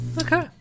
Okay